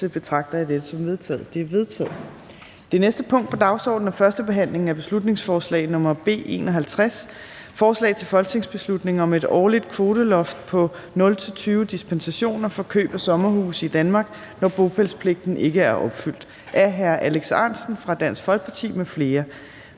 betragter jeg dette som vedtaget. Det er vedtaget. --- Det næste punkt på dagsordenen er: 10) 1. behandling af beslutningsforslag nr. B 51: Forslag til folketingsbeslutning om et årligt kvoteloft på 0-20 dispensationer for køb af sommerhuse i Danmark, når bopælspligten ikke er opfyldt. Af Alex Ahrendtsen (DF) m.fl.